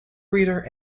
reader